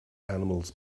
animals